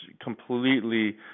completely